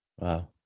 Wow